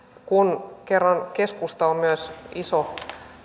kun kerran keskusta on myös iso